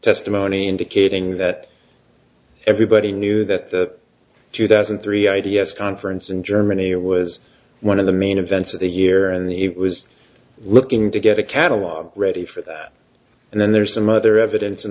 testimony indicating that everybody knew that two thousand and three i d s conference in germany was one of the main events of the year and he was looking to get a catalogue ready for that and then there's some other evidence